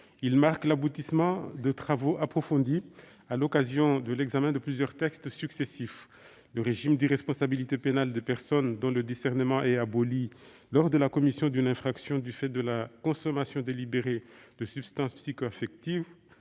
Il marque l'aboutissement de travaux approfondis, à l'occasion de l'examen de plusieurs textes successifs. Le régime d'irresponsabilité pénale des personnes dont le discernement est aboli lors de la commission d'une infraction du fait de la consommation délibérée de substances psychoactives